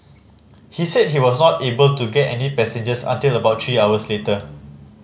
he said he was not able to get any passengers until about three hours later